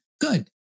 Good